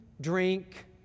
drink